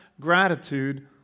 gratitude